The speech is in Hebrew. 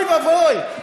אוי ואבוי,